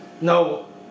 No